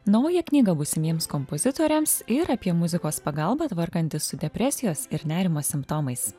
naują knygą būsimiems kompozitoriams ir apie muzikos pagalbą tvarkantis su depresijos ir nerimo simptomais